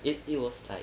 it it was like